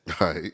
Right